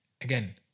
again